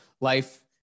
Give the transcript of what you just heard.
life